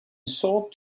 sold